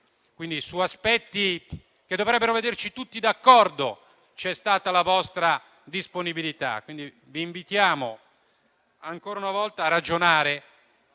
quindi su aspetti che dovrebbero vederci tutti d'accordo, c'è stata la vostra disponibilità. Vi invitiamo, quindi, ancora una volta, a ragionare